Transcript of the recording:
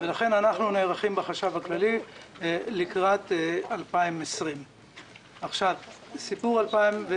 לכן אנחנו נערכים בחשב הכללי לקראת 2020. סיפור 2020